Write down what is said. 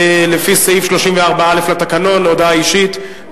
לפי סעיף 34(א) לתקנון, הודעה אישית.